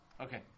Okay